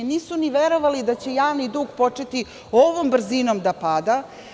Nisu verovali da će javni dug početi ovom brzinom da pada.